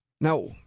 Now